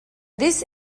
this